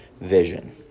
vision